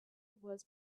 was